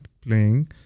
playing